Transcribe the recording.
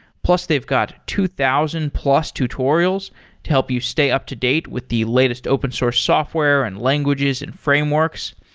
plus they've got two thousand plus tutorials to help you stay up-to-date with the latest open source software and languages and frameworks.